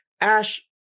Ash